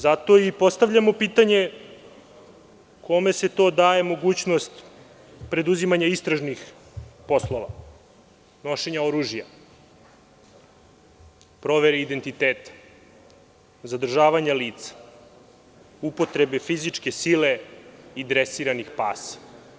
Zato i postavljamo pitanje kome se to daje mogućnost preduzimanja istražnih poslova, nošenja oružja, proveri identiteta, zadržavanja lica, upotrebe fizičke sile i dresiranih pasa?